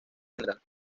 general